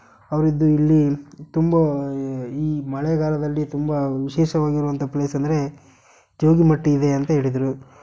ಅವರಿದ್ದು ಇಲ್ಲಿ ತುಂಬ ಈ ಮಳೆಗಾಲದಲ್ಲಿ ತುಂಬ ವಿಶೇಷವಾಗಿರುವಂಥ ಪ್ಲೇಸ್ ಅಂದರೆ ಜೋಗಿಮಟ್ಟಿ ಇದೆ ಅಂತ ಹೇಳಿದ್ರು